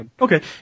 Okay